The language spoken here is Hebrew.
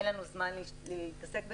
אין לנו זמן להתעסק בזה.